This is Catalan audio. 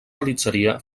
realitzaria